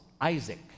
Isaac